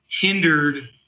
hindered